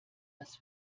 das